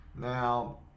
now